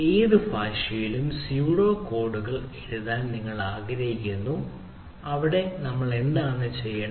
ഏത് ഭാഷയിലും സ്യുഡോ കോഡുകൾ എഴുതാൻ നിങ്ങൾ ആഗ്രഹിക്കുന്നു അവിടെ നമ്മൾക്ക് എന്താണ് ചെയ്യേണ്ടത്